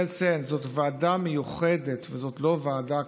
אני רוצה לציין שזו ועדה מיוחדת ולא ועדה קבועה.